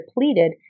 depleted